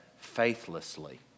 faithlessly